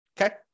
Okay